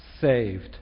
saved